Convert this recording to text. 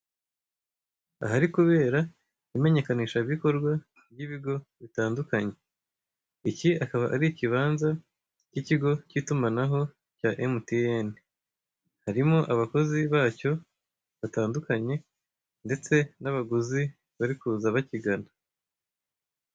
Ahari kubera imenyekanisha bikorwa by'ibigo bitandukanye iki akaba ari ikibanza cy'icyigo cyitumanaho cya MTN , harimo abakozi bacyo batandukanye ndetse n'abaguzi bari kuza bakigana.